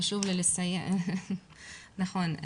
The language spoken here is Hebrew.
נכון.